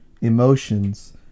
emotions